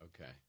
Okay